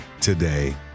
today